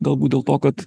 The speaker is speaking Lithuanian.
galbūt dėl to kad